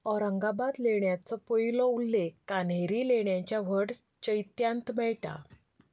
औरांगाबाद लेण्याचो पयलो उल्लेख कान्हेरी लेण्याच्या व्हड चैत्यांत मेळटा